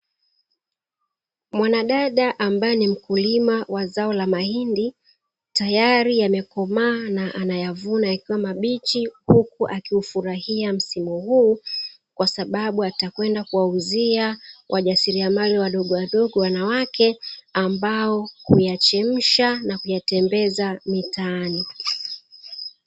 Mwanadada ambae ni mkulima wa zao la mahindi, tayari yamekomaa na anayavuna yakiwa mabichi, huku akiufurahia msimu huu kwasababu atakwenda kuwauzia wajasiliamali wadogowadogo wanawake, ambao huyachemsha na kuyatembeza mitaani.